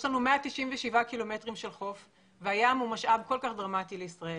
יש לנו 197 קילומטרים של חוף והים הוא משאב כל כך דרמטי לישראל.